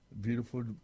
beautiful